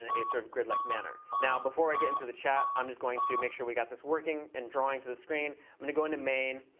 a sort of grid like manner. now, before i get into the chat i'm just going to make sure we got this working in drawing to the screen. i'm going to go into main.